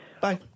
Bye